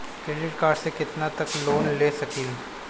Credit card से कितना तक लोन ले सकईल?